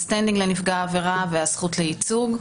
הסטנדינג לנפגע עבירה והזכות לייצוג.